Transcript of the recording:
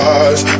eyes